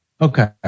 Okay